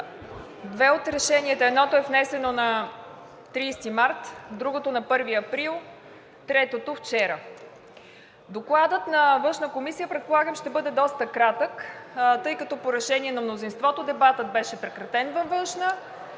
Две от решенията – едното е внесено на 30 март, другото – на 1 април, третото – вчера. Докладът на Външната комисия, предполагам, ще бъде доста кратък, тъй като по решение на мнозинството дебатът беше прекратен във Външна.